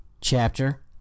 Chapter